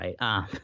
right